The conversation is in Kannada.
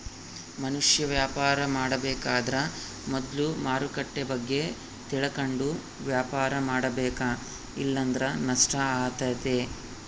ಮನುಷ್ಯ ವ್ಯಾಪಾರ ಮಾಡಬೇಕಾದ್ರ ಮೊದ್ಲು ಮಾರುಕಟ್ಟೆ ಬಗ್ಗೆ ತಿಳಕಂಡು ವ್ಯಾಪಾರ ಮಾಡಬೇಕ ಇಲ್ಲಂದ್ರ ನಷ್ಟ ಆತತೆ